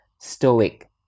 stoic